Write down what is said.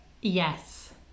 Yes